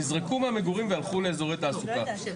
נזרקו מהמגורים והלכו לאיזורי תעסוקה,